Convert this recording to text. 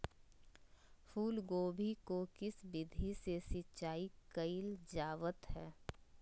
फूलगोभी को किस विधि से सिंचाई कईल जावत हैं?